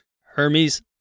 Hermes